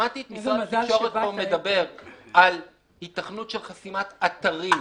שמעתי את משרד התקשורת פה מדבר על היתכנות של חסימת אתרים.